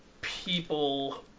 people